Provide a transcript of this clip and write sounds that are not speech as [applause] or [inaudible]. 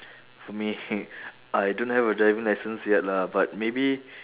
for me [noise] I don't have a driving licence yet lah but maybe